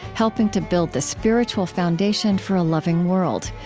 helping to build the spiritual foundation for a loving world.